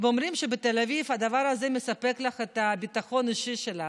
אומרים שבתל אביב הדבר הזה מספק לך את הביטחון האישי שלך.